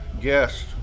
guest